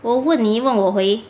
我问你问我回